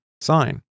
sign